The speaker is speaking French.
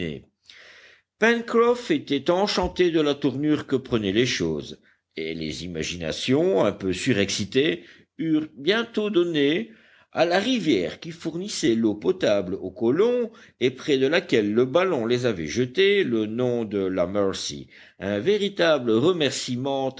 pencroff était enchanté de la tournure que prenaient les choses et les imaginations un peu surexcitées eurent bientôt donné à la rivière qui fournissait l'eau potable aux colons et près de laquelle le ballon les avait jetés le nom de la mercy un véritable remerciement